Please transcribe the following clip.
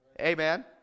Amen